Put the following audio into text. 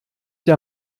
der